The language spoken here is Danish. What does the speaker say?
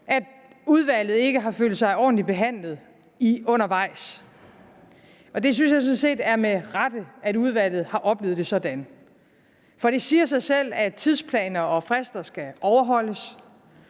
at udvalget ikke har følt sig ordentligt behandlet undervejs, og jeg synes sådan set, det er med rette, at udvalget har oplevet det sådan. For det siger sig selv, at tidsplaner og frister skal overholdes,